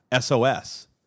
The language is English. SOS